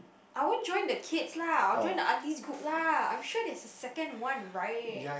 I won't join the kids lah I will join the aunties group lah I'm sure there's a second one right